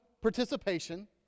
participation